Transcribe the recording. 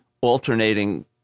alternating